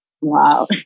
Wow